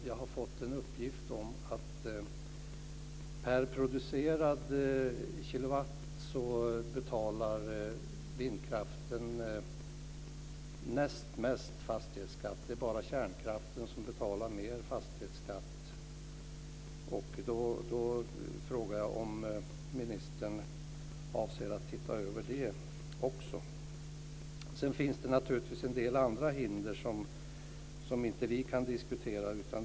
Jag har fått en uppgift om att per producerad kilowatt betalar vindkraften näst mest fastighetsskatt. Det är bara kärnkraften som betalar mer fastighetsskatt. Därför frågar jag om ministern avser att titta över även det. Sedan finns det naturligtvis en del andra hinder som inte vi kan diskutera.